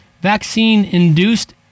vaccine-induced